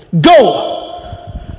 Go